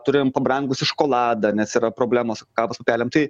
turėjom pabrangusį šokoladą nes yra problemos su kakvos pupelėm tai